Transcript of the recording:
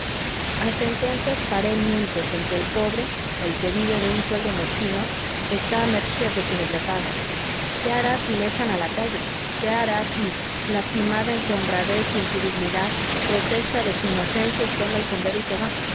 hasta entonces paré mientes en que el pobre el que vive de un sueldo mezquino está a merced de quienes le pagan qué hará si le echan a la calle qué hará si lastimado en su honradez y en su dignidad protesta de su inocencia y toma el sombrero y se va